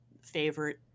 favorite